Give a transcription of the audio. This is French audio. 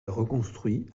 reconstruit